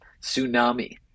tsunami